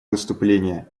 выступления